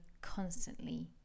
constantly